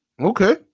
Okay